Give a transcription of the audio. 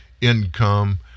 income